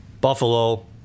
Buffalo